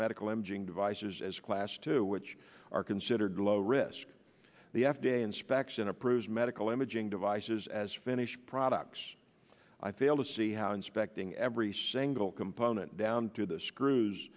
medical imaging devices as class two which are considered low risk the f d a inspection approves medical imaging devices as finished products i fail to see how inspecting every single component down to the screws